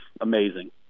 Amazing